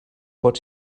pot